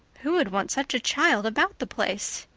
who would want such a child about the place?